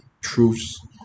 truths